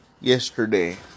yesterday